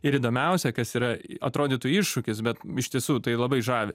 ir įdomiausia kas yra atrodytų iššūkis bet iš tiesų tai labai žavi